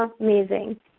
amazing